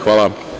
Hvala.